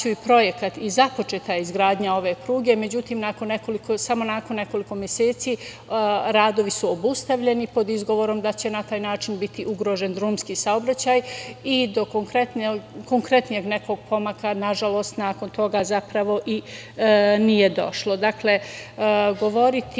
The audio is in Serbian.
i projekat i započeta je izgradnja ove pruge, međutim, samo nakon nekoliko meseci radovi su obustavljeni pod izgovorom da će na taj način biti ugrožen drumski saobraćaj i do konkretnijeg nekog pomaka, nažalost, nakon toga zapravo i nije došlo. Dakle, govoriti